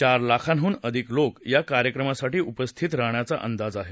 चार लाखांहून अधिक लोक या कार्यक्रमासाठी उपस्थित राहण्याचा अंदाज आहे